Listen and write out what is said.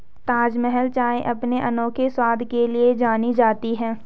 ताजमहल चाय अपने अनोखे स्वाद के लिए जानी जाती है